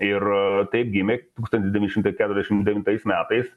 ir taip gimė tūkstantis devynišimtai keturiasdešim devintais metais